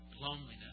Loneliness